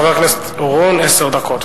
חבר הכנסת אורון, עשר דקות.